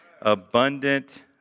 abundant